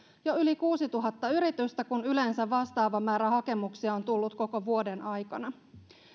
jo yli kuusituhatta yritystä kun yleensä vastaava määrä hakemuksia on tullut koko vuoden aikana